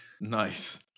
Nice